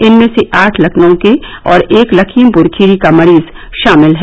इनमें से आठ लखनऊ के और एक लखीमपुर खीरी का मरीज शामिल है